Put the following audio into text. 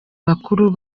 bakuru